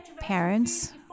parents